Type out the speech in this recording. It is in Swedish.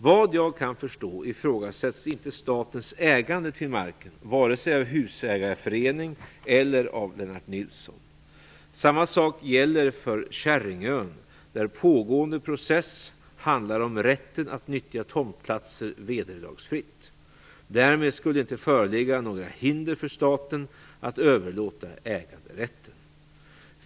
Vad jag kan förstå ifrågasätts inte statens ägande till marken vare sig av husägareförening eller av Lennart Nilsson. Samma sak gäller för Käringön, där pågående process handlar om rätten att nyttja tomtplatser vederlagsfritt. Därmed skulle inte föreligga några hinder för staten att överlåta äganderätten.